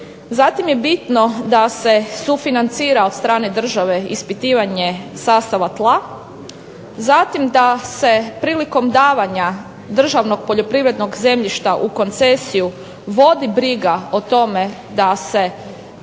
Zatim je bitno da se sufinancira od strane države ispitivanje sastava tla, zatim da se prilikom davanja državnog poljoprivrednog zemljišta u koncesiju vodi briga o tome da se